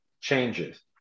changes